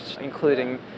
including